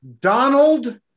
donald